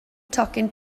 tocyn